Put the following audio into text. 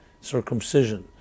circumcision